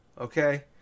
okay